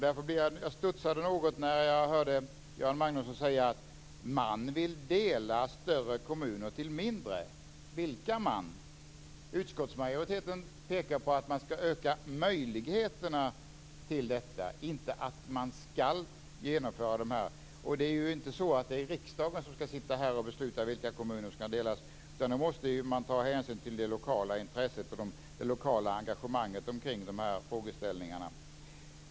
Därför studsade jag när jag hörde Göran Magnusson säga att man vill dela större kommuner till mindre. Vilka "man"? Utskottsmajoriteten pekar på att man skall öka möjligheterna till detta, inte att man skall genomföra det här. Det är ju inte så att det är riksdagen som skall besluta vilka kommuner som skall delas, utan man måste ta hänsyn till det lokala intresset och det lokala engagemanget omkring de här frågeställningarna.